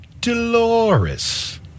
Dolores